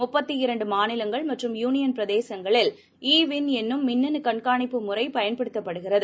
முப்பத்திரண்டுமாநிலங்கள் மற்றும் யூளியன் பிரதேசங்களில் ஈவிள் என்னும் மின்னனுகண்கானிப்பு முறைபயன்படுத்தப்படுகிறது